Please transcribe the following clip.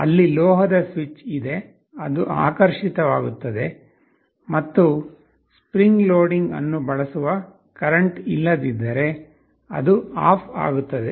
ಅಲ್ಲಿ ಲೋಹದ ಸ್ವಿಚ್ ಇದೆ ಅದು ಆಕರ್ಷಿತವಾಗುತ್ತದೆ ಮತ್ತು ಸ್ಪ್ರಿಂಗ್ ಲೋಡಿಂಗ್ ಅನ್ನು ಬಳಸುವ ಕರೆಂಟ್ ಇಲ್ಲದಿದ್ದರೆ ಅದು ಆಫ್ ಆಗುತ್ತದೆ